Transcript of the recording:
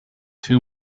two